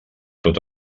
tot